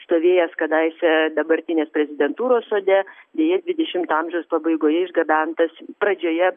stovėjęs kadaise dabartinės prezidentūros sode deja dvidešimto amžiaus pabaigoje išgabentas pradžioje